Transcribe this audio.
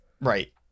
right